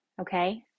Okay